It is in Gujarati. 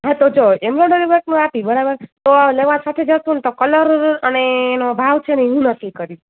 હા તો જુઓ એમરોડરી વર્કનું આપીએ બરાબર તો લેવા સાથે જઈશું ને તો કલર અને એનો ભાવ છે ને એ હું નક્કી કરીશ